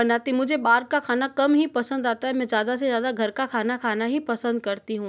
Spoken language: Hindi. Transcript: बनाती मुझे बाहर का खाना कम ही पसंद आता है मैं ज़्यादा से ज़्यादा घर का खाना खाना ही पसंद करती हूँ